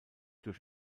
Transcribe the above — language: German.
durch